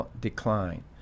decline